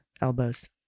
elbows